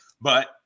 but-